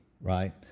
right